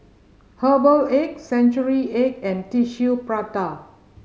herbal egg century egg and Tissue Prata